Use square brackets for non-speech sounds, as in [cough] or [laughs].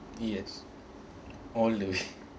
yes all the way [laughs]